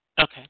Okay